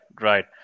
right